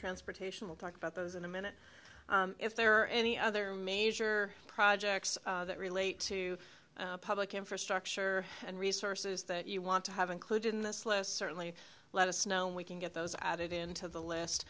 transportation we'll talk about those in a minute if there are any other major projects that relate to public infrastructure and resources that you want to have included in this list certainly let us know we can get those added into the list